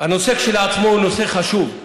הנושא כשלעצמו הוא נושא חשוב,